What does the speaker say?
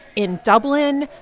in dublin,